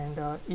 and uh